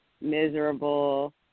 miserable